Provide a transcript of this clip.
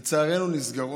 לצערנו, נסגרות.